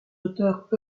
auteurs